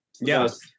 Yes